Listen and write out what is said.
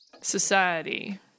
society